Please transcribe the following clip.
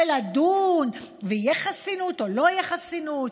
ולדון אם תהיה חסינות או לא תהיה חסינות,